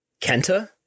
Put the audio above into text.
Kenta